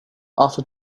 after